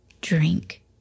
drink